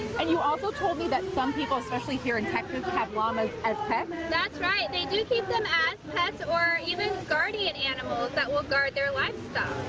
and you also told me that some people especially here in texas have llamas as pets? that's right. they do keep them as pets or even guardian animals that will guard their livestock.